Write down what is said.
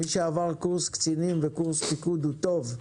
מי שעבר קורס קצינים וקורס פיקוד הוא טוב.